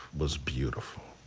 was beautiful.